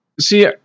See